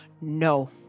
no